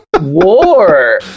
war